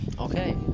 Okay